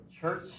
church